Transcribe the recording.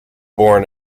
born